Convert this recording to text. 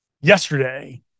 yesterday